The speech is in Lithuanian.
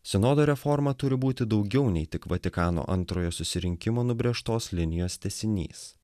sinodo reforma turi būti daugiau nei tik vatikano antrojo susirinkimo nubrėžtos linijos tęsinys